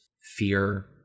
fear